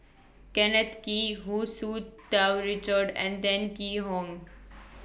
Kenneth Kee Hu Tsu Tau Richard and Tan Yee Hong